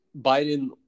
Biden